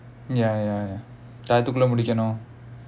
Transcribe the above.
ya ya ya time குள்ள முடிக்கனும்:kulla mudikkanum